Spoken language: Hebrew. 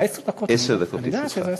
עשר דקות, אני אומר לך.